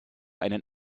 einen